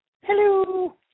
Hello